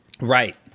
Right